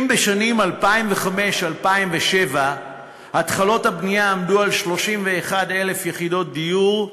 אם בשנים 2005 2007 התחלות הבנייה עמדו על 31,000 יחידות דיור,